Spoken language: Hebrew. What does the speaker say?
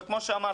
כמו שאמרתי,